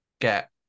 get